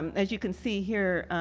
um as you can see here